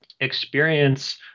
experience